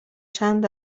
چند